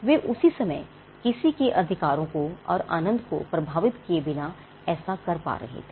वे उसी समय में किसी के अधिकारों को और आनंद को प्रभावित किए बिना ऐसा कर पा रहे थे